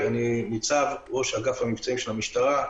אני ראש אגף המבצעים של המשטרה.